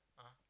(uh huh)